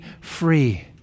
free